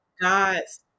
God's